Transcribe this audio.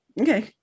Okay